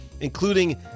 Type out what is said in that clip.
including